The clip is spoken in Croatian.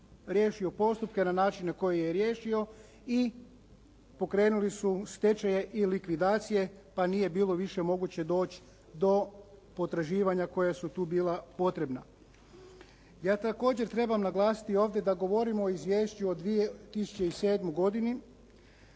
riješio postupke na način na koji je riješio i pokrenuli su stečaje i likvidacije, pa nije bilo više moguće doći do potraživanja koja su tu bila potrebna. Ja također trebam naglasiti ovdje da govorimo o izvješću od 2007. godini